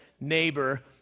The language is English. neighbor